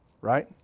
right